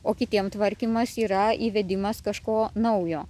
o kitiem tvarkymas yra įvedimas kažko naujo